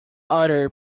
uttar